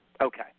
Okay